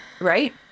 right